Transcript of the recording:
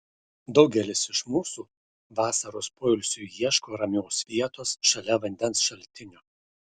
daugelis iš mūsų vasaros poilsiui ieško ramios vietos šalia vandens šaltinio